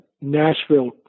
Nashville